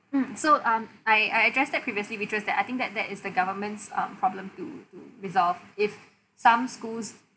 mm so um I I addressed that previously that I think that that is the government's um problem to to resolve if some schools